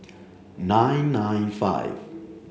nine nine five